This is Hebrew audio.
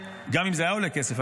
גם אם זה היה עולה כסף,